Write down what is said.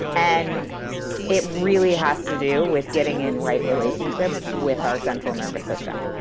and it really has to do with getting in right relationship with our central nervous system.